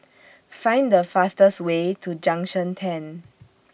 Find The fastest Way to Junction ten